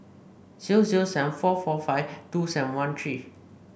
zero zero seven four four five two seven one three